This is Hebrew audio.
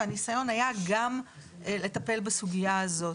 והניסיון היה גם לטפל בסוגיה הזאת.